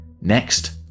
Next